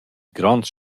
gronds